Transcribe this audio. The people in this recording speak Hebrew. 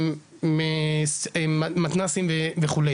מתנ"סים וכו',